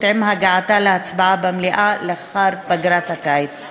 עם הגעתה להצבעה במליאה לאחר פגרת הקיץ.